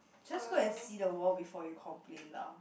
just go and see the world before you complain lah